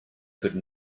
could